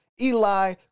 Eli